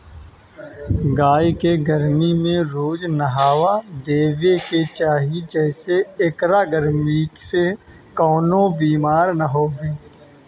गाई के गरमी में रोज नहावा देवे के चाही जेसे एकरा गरमी से कवनो बेमारी ना होखे